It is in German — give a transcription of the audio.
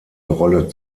rolle